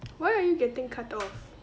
why are you getting cut off